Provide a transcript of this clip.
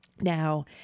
Now